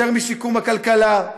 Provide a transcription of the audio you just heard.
יותר משיקום הכלכלה,